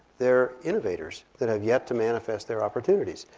they're innovators that have yet to manifest their opportunities.